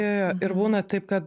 jo jo jo ir būna taip kad